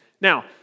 Now